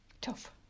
Tough